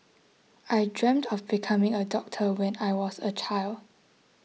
I dreamt of becoming a doctor when I was a child